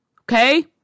Okay